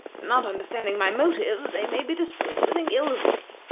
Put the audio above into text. not understanding my motives, they may be disposed to think ill of me.